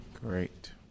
Great